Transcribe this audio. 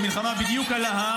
היא בדיוק מלחמה על ההר.